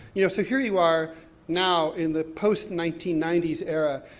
you know. so here you are now, in the post nineteen ninety s era,